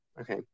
okay